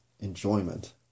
enjoyment